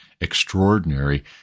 extraordinary